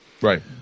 right